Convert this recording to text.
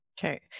Okay